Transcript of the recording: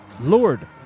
Lord